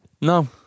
No